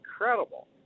incredible